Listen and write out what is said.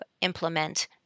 implement